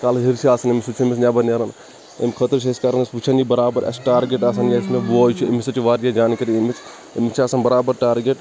کَلہٕ ہِیٖر چھِ آسان أمِس سُہ چِھ أمِس نیٚبر نیران امہِ خٲطرٕ چھِ أسۍ کران وُچھان یہِ برابر اَسہِ چھا ٹارگیٚٹ آسان یُس مےٚ بوے چھُ أمِس چھِ واریاہ زانکٲری امِچ أمِس چھِ آسان برابر ٹارگیٚٹ